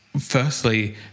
Firstly